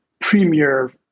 premier